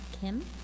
Kim